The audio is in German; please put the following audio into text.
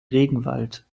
regenwald